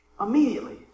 Immediately